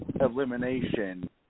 elimination